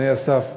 תנאי הסף.